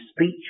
speech